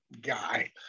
guy